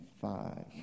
five